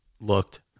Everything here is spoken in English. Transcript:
looked